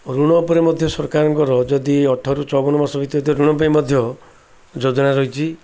ଋଣ ଉପରେ ମଧ୍ୟ ସରକାରଙ୍କର ଯଦି ଅଠରରୁ ଚଉବନ ମାସ ଭିତରେ ଋଣ ପାଇଁ ମଧ୍ୟ ଯୋଜନା ରହିଛି